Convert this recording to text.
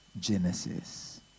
Genesis